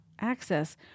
Access